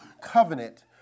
covenant